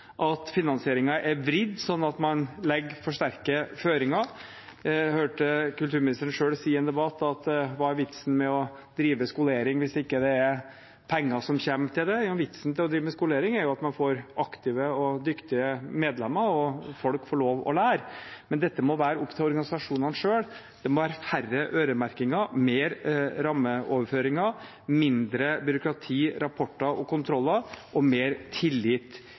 at finansieringen er vridd, sånn at man legger for sterke føringer. Jeg hørte kulturministeren selv si i en debatt at hva er vitsen med å drive med skolering hvis det ikke kommer penger til det. Vitsen med å drive med skolering er at man får aktive og dyktige medlemmer og folk får lov å lære. Men dette må være opp til organisasjonene selv, det må være færre øremerkinger, mer rammeoverføringer, mindre byråkrati, rapporter og kontroller og mer tillit